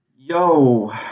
Yo